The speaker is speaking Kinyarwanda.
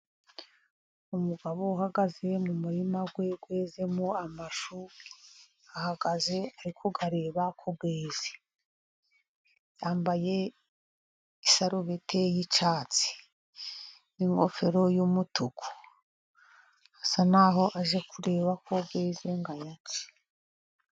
Umugabo uhagaze mu murima we, wezemo amashu ahagaze ari kuyareba ko yeze , yambaye isarubete y'icyatsi n'ingofero y'umutuku, asa naho aje kureba ko yeze ngo ayace.